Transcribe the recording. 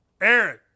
Aaron